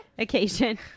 occasion